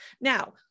Now